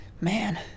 man